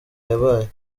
yabaye